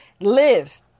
live